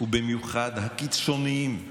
ובמיוחד הקיצוניים,